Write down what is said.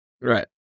right